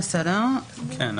זה בסדר מבחינתכם?